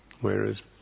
whereas